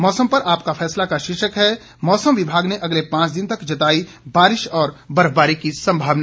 मौसम पर आपका फैसला का शीर्षक है मौसम विभाग ने अगले पांच दिन तक जताई बारिश और बर्फबारी की संभावना